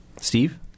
Steve